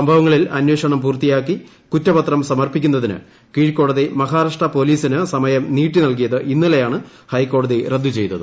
സംഭവങ്ങളിൽ അന്വേഷണം പൂർത്തിയാക്കി കുറ്റപത്രം സമർപ്പിക്കുന്നതിന് കീഴ്ക്കോടതി മഹാരാഷ്ട്ര പൊലീസിന് സമയം നീട്ടി നൽകിയത് ഇന്നലെയാണ് ഹൈക്ക്ട്ടേതി റദ്ദു ചെയ്തത്